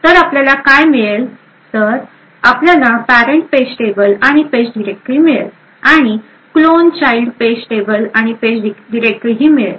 तर आपल्याला काय मिळेल तर आपल्याला पॅरेंट पेज टेबल आणि पेज डिरेक्टरी मिळेल आणि क्लोन चाइल्ड पेज टेबल आणि पेज डिरेक्टरी मिळेल